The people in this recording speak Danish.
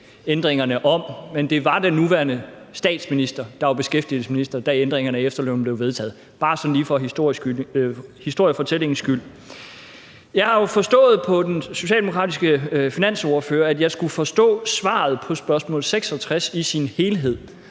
ændringerne om, men det var den nuværende statsminister, der var beskæftigelsesminister, da ændringerne efterfølgende blev vedtaget – bare sådan lige for historiefortællingens skyld. Jeg har jo forstået på den socialdemokratiske finansordfører, at jeg skulle forstå svaret på spørgsmål 66 i sin helhed,